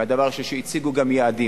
והדבר השלישי, הציגו גם יעדים.